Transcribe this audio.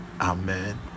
Amen